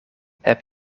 heb